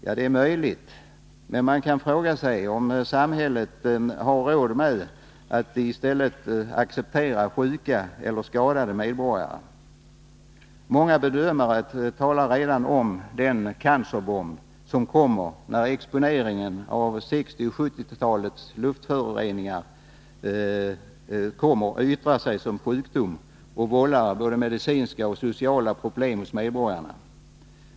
Ja, det är möjligt, men man kan fråga sig om samhället har råd att i stället acceptera sjuka eller skadade medborgare. Många bedömare talar redan om den cancerbomb som kommer när exponeringen av 1960 och 1970-talens luftföroreningar kommer att yttra sig som sjukdom och vålla både medicinska och sociala problem hos medborgarna.